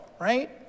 right